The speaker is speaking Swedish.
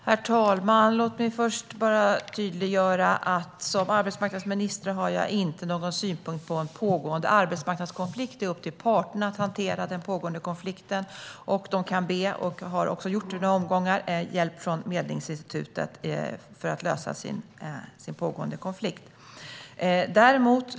Herr talman! Låt mig först tydliggöra att jag som arbetsmarknadsminister inte har några synpunkter på en pågående arbetsmarknadskonflikt. Det är upp till parterna att hantera den pågående konflikten. De kan be om hjälp från Medlingsinstitutet för att lösa detta och har också gjort det under några omgångar.